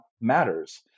matters